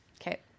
Okay